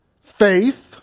faith